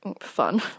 fun